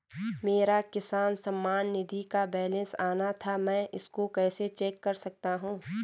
मेरा किसान सम्मान निधि का बैलेंस आना था मैं इसको कैसे चेक कर सकता हूँ?